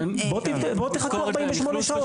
תחכו 48 שעות.